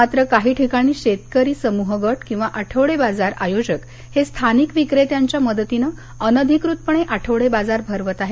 मात्र काही ठिकाणी शेतकरी समूह गट किंवा आठवडे बाजार आयोजक हे स्थानिक विक्रेत्यांच्या मदतीनं अनधिकृतपणे आठवडे बाजार भरवित आहेत